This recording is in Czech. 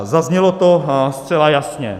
Zaznělo to zcela jasně.